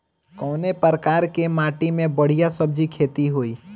कवने प्रकार की माटी में बढ़िया सब्जी खेती हुई?